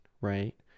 right